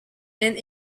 and